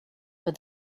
for